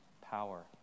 power